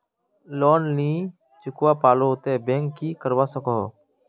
Loan नी चुकवा पालो ते बैंक की करवा सकोहो?